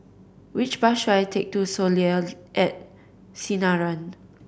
which bus should I take to Soleil at Sinaran